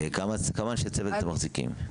כמה אנשי צוות אתם מחזיקים?